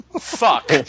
Fuck